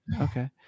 Okay